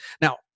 Now